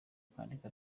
kwandika